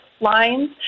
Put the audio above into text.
lines